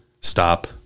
stop